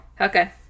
Okay